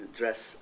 dress